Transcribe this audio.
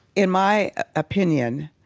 in my opinion,